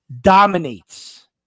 Dominates